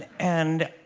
and